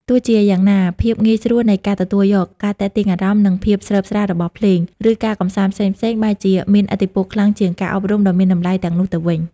ទោះជាយ៉ាងណា ភាពងាយស្រួលនៃការទទួលយក ការទាក់ទាញអារម្មណ៍ និងភាពស្រើបស្រាលរបស់ភ្លេង ឬការកម្សាន្តផ្សេងៗ បែរជាមានឥទ្ធិពលខ្លាំងជាងការអប់រំដ៏មានតម្លៃទាំងនោះទៅវិញ។